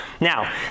Now